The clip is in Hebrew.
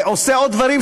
ועושה עוד דברים,